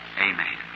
Amen